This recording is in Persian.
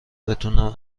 بتونم